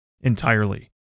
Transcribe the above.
entirely